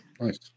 Nice